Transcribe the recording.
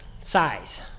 size